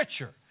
richer